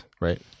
right